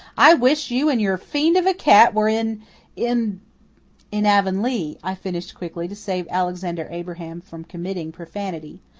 i wish you and your fiend of a cat were in in in avonlea, i finished quickly, to save alexander abraham from committing profanity.